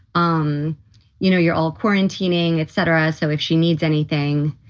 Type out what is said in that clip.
um you know, you're all quarantining, et cetera. so if she needs anything,